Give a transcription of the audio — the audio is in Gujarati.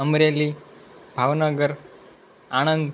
અમરેલી ભાવનગર આણંદ